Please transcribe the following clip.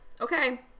okay